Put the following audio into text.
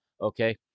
Okay